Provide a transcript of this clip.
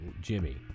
Jimmy